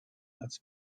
als